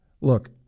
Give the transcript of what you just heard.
Look